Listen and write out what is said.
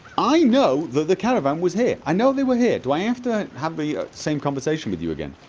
i know that the caravan was here, i know they were here do i have to have the same conversation with you again?